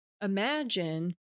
imagine